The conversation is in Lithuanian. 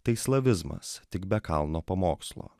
tai slavizmas tik be kalno pamokslo